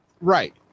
Right